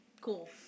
Cool